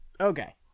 Okay